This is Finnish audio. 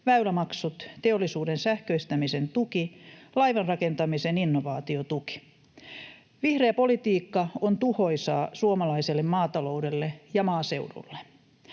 väylämaksut, teollisuuden sähköistämisen tuki ja laivanrakentamisen innovaatiotuki. Vihreä politiikka on tuhoisaa suomalaiselle maataloudelle ja maaseudulle.